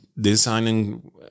designing